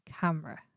camera